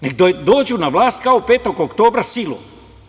Neka dođu na vlast kao 05. oktobra silom.